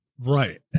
Right